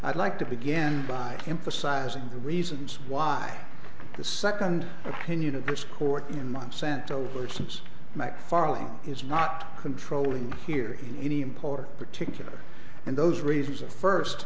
i'd like to begin by emphasizing the reasons why the second opinion of this court in monsanto versus mike farley is not controlling here in any import particular and those reasons are first